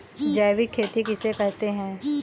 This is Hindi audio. जैविक खेती किसे कहते हैं?